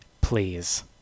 Please